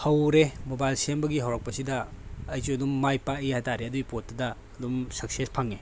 ꯍꯧꯔꯦ ꯃꯣꯕꯥꯏꯜ ꯁꯦꯝꯕꯒꯤ ꯍꯧꯔꯛꯄꯁꯤꯗ ꯑꯩꯁꯨ ꯑꯗꯨꯝ ꯃꯥꯏ ꯄꯥꯛꯏ ꯍꯥꯏꯇꯥꯔꯦ ꯑꯗꯨꯒꯤ ꯄꯣꯠꯇꯨꯗ ꯑꯗꯨꯝ ꯁꯛꯁꯦꯁ ꯐꯪꯉꯦ